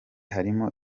harimo